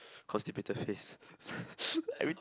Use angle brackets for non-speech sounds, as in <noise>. constipated face <noise> every